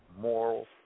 Moral